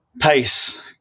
pace